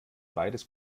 beides